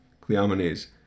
Cleomenes